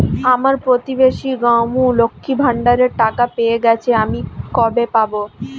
আমার প্রতিবেশী গাঙ্মু, লক্ষ্মীর ভান্ডারের টাকা পেয়ে গেছে, আমি কবে পাব?